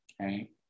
okay